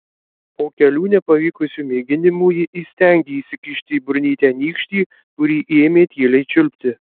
po kelių nepavykusių mėginimų ji įstengė įsikišti į burnytę nykštį kurį ėmė tyliai čiulpti